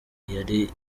yari